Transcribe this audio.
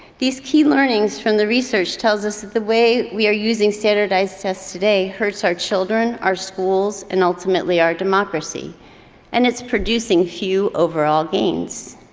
these key learnings from the research tells us that the way we are using standardized tests today hurts our children, our schools and ultimately, our democracy and it's producing few overall gains.